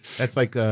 that's like,